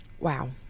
Wow